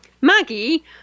Maggie